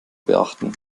beachten